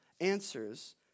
answers